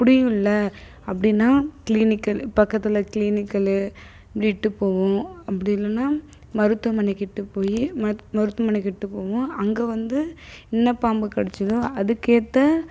அப்படியும் இல்லை அப்படின்னா கிளீனிக்கல் பக்கத்தில் கிளீனிக்கலு அப்படி இட்டு போவோம் அப்படி இல்லைனா மருத்துவமனை கிட்ட போய் மருத்துவ மருத்துவமனைக்கு இட்டு போவோம் அங்கே வந்து என்ன பாம்பு கடித்ததோ அதுக்கேற்ற